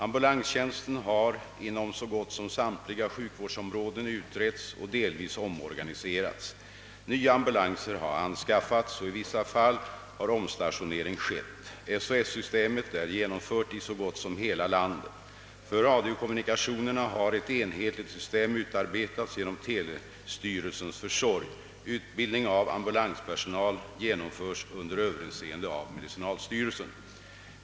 Ambulanstjänsten har inom så gott som samtliga sjukvårdsområden utretts och delvis omorganiserats. Nya ambulanser har anskaffats, och i vissa fall har omstationering skett. SOS-systemet är genomfört i så gott som hela landet. För radiokommunikationerna har ett enhetligt system utarbetats genom telestyrelsens försorg. Utbildning av ambulanspersonal genomförs under överinseende av medicinalstyrelsen.